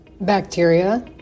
Bacteria